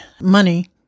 money